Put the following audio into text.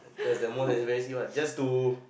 that's the most embarrassing one just to